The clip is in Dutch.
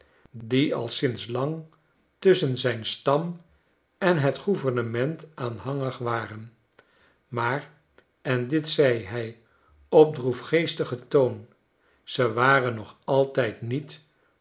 die al sinds lang tusschen zyn stam en het gouvernement aanhangig waren maar en dit zei hij op droefgeestigen toon ze waren nog altijd niet